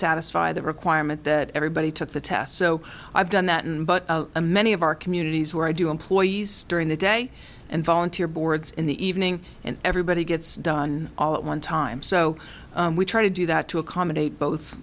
satisfy the requirement that everybody took the test so i've done that but a many of our communities where i do employees during the day and volunteer boards in the evening and everybody gets done all at one time so we try to do that to accommodate both